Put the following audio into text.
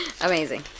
Amazing